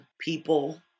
people